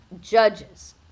judges